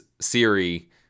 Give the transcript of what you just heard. Siri